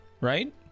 right